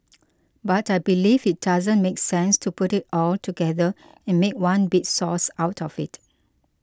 but I believe it doesn't make sense to put it all together and make one big sauce out of it